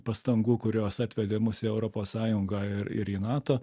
pastangų kurios atvedė mus į europos sąjungą ir ir į nato